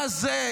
מה זה,